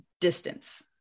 distance